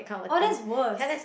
oh that's worse